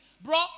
Bro